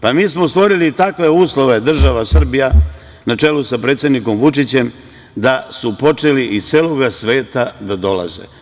Pa, mi smo stvorili takve uslove, država Srbija, na čelu sa predsednikom Vučićem da su počeli iz celog sveta da dolaze.